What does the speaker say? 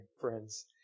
friends